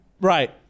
Right